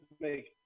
make